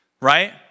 Right